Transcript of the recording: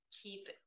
keep